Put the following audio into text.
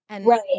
Right